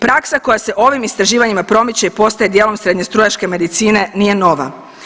Praksa koja se ovim istraživanjima promiče i postaje dijelom srednjestrujačke medicine nije nova.